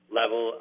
level